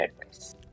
advice